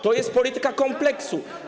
To jest polityka kompleksu.